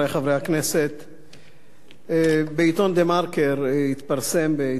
בעיתון "הארץ", ב"דה-מרקר", התפרסם